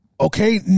Okay